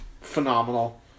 phenomenal